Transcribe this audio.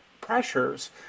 pressures